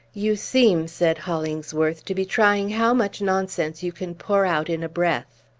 you seem, said hollingsworth, to be trying how much nonsense you can pour out in a breath.